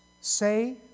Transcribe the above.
say